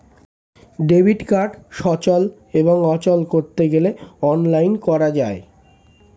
debit card সচল এবং অচল করতে গেলে অনলাইন করা যায়